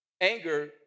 Anger